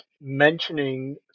mentioning